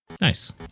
Nice